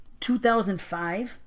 2005